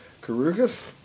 Carugas